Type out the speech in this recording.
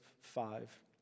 five